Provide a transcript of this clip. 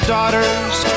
daughters